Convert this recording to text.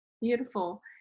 beautiful